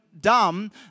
dumb